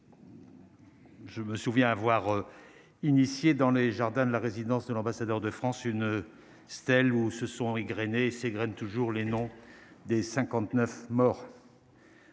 Je me souviens avoir initié dans les jardins de la résidence de l'ambassadeur de France, une stèle où se sont égrenées s'graines toujours les noms des 59 morts.